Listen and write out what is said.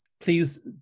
Please